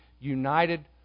united